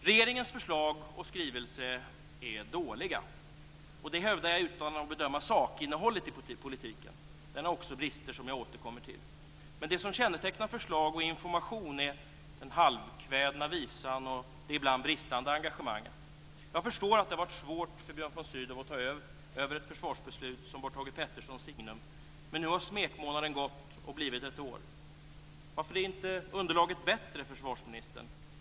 Regeringens förslag och skrivelse är dåliga. Det hävdar jag utan att bedöma sakinnehållet i politiken. Den har också brister som jag återkommer till. Men det som kännetecknar förslag och information är den halvkvädna visan och det ibland bristande engagemanget. Jag förstår att det har varit svårt för Björn von Sydow att ta över ett försvarsbeslut som bar Thage G Petersons signum, men nu har smekmånaden gått och blivit ett år. Varför är inte underlaget bättre, försvarsministern?